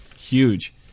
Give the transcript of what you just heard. huge